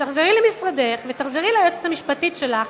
שתחזרי למשרדך ותחזרי ליועצת המשפטית שלך.